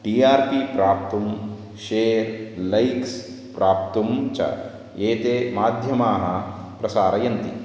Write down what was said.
T R P प्राप्तुं share likes प्राप्तुं च एते माध्यमाः प्रसारयन्ति